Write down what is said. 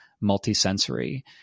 multi-sensory